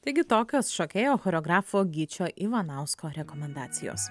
taigi tokios šokėjo choreografo gyčio ivanausko rekomendacijos